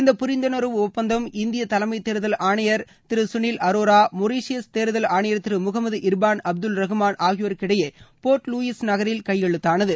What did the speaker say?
இந்த புரிந்துனர்வு ஒப்பந்ததம் இந்திய தலைமை தேர்தல் ஆணையாளர் திரு சுனில் அரோரா மொரிஷியஸ் தேர்தல் ஆணையாளர் திரு முகமது இர்பான் அப்துல் ரகுமான் ஆகியோருக்கிடையே போர்ட் லுாயிஸ் நகரில் கையெழுத்தானது